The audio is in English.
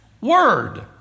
Word